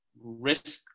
risk